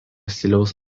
stiliaus